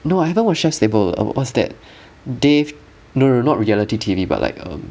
no I haven't watched chef's table uh what's that dave no no no not reality T_V but like um